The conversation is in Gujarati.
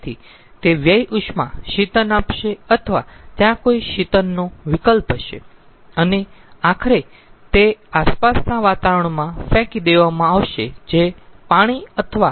તેથી તે વ્યય ઉષ્મા શીતન આપશે અથવા ત્યાં કોઈક શીતનનો વિકલ્પ હશે અને આખરે તે આસપાસના વાતાવરણમાં ફેંકી દેવામાં આવશે જે પાણી અથવા હવા સ્વરૂપે હોઈ શકે